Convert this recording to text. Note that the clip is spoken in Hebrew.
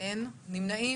מי נמנע?